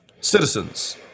citizens